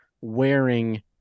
wearing